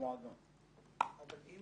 אבל אם